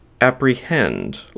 apprehend